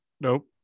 Nope